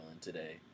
today